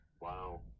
Wow